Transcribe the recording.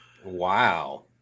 wow